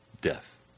death